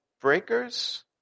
breakers